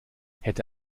hätte